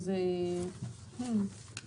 מי בעד